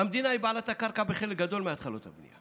המדינה היא בעלת הקרקע בחלק גדול מהתחלות הבנייה.